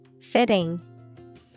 Fitting